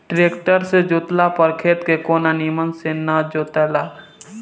tractor से जोतला पर खेत के कोना निमन ना जोताला